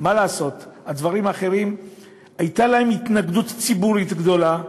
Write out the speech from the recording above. מה לעשות, הייתה התנגדות ציבורית גדולה להם,